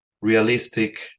realistic